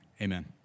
Amen